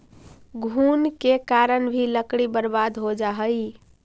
घुन के कारण भी लकड़ी बर्बाद हो जा हइ